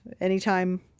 anytime